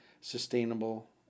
sustainable